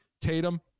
Tatum